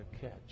catch